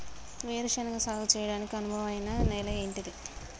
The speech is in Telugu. వేరు శనగ సాగు చేయడానికి అనువైన నేల ఏంటిది?